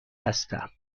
هستم